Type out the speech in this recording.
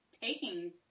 taking